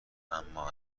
اما